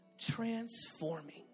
transforming